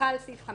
חל סעיף 5(ב).